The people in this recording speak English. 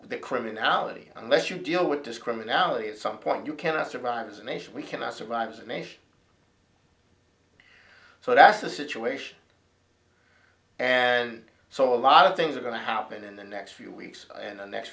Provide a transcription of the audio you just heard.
that criminality unless you deal with this criminality at some point you cannot survive as a nation we cannot survive as a nation so that's the situation and so a lot of things are going to happen in the next few weeks and the next